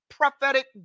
prophetic